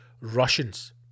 Russians